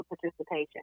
participation